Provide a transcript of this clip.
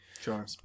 Sure